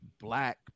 black